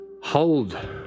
hold